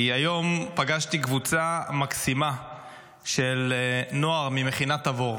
כי היום פגשתי קבוצה מקסימה של נוער ממכינת תבור,